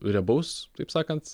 riebaus taip sakant